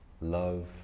love